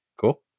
cool